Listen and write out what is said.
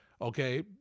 okay